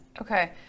Okay